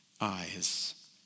eyes